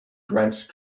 drenched